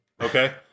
Okay